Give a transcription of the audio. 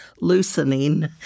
loosening